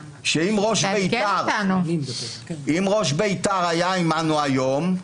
שאם ראש בית"ר היה עימנו היום,